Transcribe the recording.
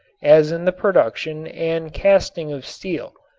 as in the production and casting of steel.